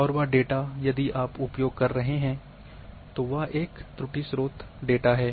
और वह डेटा यदि आप उपयोग कर रहे हैं तो वह एक त्रुटि स्रोत डेटा है